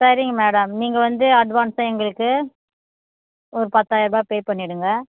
சரிங்க மேடம் நீங்கள் வந்து அட்வான்ஸாக எங்களுக்கு ஒரு பத்தாயரூபா பே பண்ணிவிடுங்க